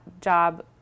job